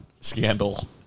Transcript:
scandal